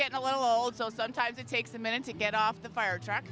get a little old so sometimes it takes a minute to get off the fire truck